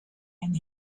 and